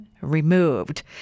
removed